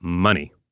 money